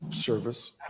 service